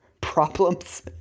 problems